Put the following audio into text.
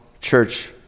church